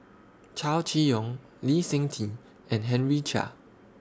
Chow Chee Yong Lee Seng Tee and Henry Chia